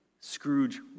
Scrooge